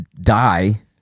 die